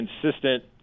consistent